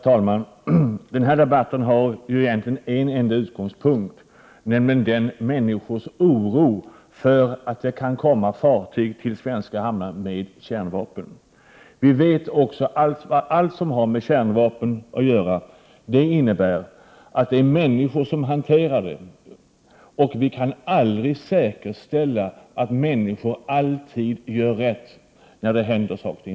Herr talman! Denna debatt har egentligen en enda utgångspunkt, nämligen människors oro för att det kan komma fartyg med kärnvapen till svenska hamnar. Vi vet också att allt som har med kärnvapen att göra innebär att det är människor som hanterar det. Vi kan aldrig säkerställa att människor alltid gör rätt.